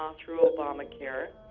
um through obamacare,